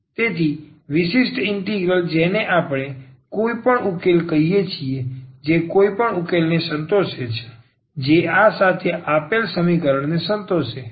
તેથી વિશિષ્ટ ઇન્ટિગ્રલ જેને આપણે કોઈપણ ઉકેલ કહીએ છીએ જે કોઈપણ ઉકેલ ને સંતોષે છે જે આ સાથે આપેલ સમીકરણ ને સંતોષે છે